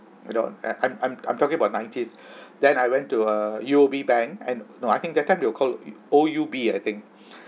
you know uh I'm I'm I'm talking about nineties then I went to uh U_O_B bank and no I think that time they were called O_U_B I think